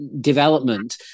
development